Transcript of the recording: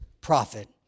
prophet